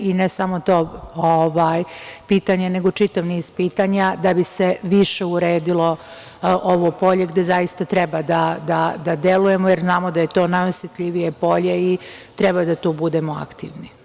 I ne samo to pitanje, nego čitav niz pitanja da bi se više uredilo ovo polje, gde zaista treba da delujemo, jer znamo da je to najosetljivije polje i treba da tu budemo aktivni.